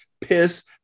piss